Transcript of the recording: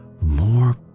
more